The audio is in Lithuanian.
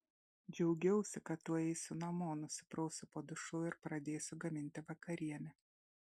džiaugiausi kad tuoj eisiu namo nusiprausiu po dušu ir pradėsiu gaminti vakarienę